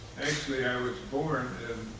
actually, i was born